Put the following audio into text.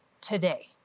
today